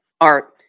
art